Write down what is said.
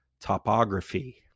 topography